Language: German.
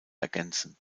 ergänzen